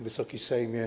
Wysoki Sejmie!